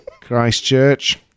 Christchurch